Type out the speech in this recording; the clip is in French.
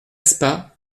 spa